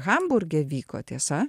hamburge vyko tiesa